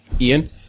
Ian